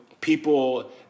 people